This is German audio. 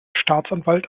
staatsanwalt